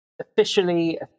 officially